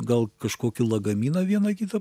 gal kažkokį lagaminą vieną kitą